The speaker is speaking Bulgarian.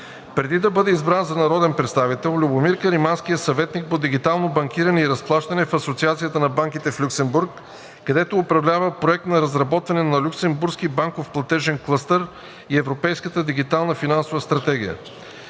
Преди да бъде избран за народен представител, Любомир Каримански е съветник по дигитално банкиране и разплащане в Асоциацията на банките в Люксембург, където управлява проект по разработване на Люксембургски банков платежен клъстер и Европейската дигитална финансова стратегия.